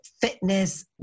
fitness